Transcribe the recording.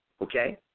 okay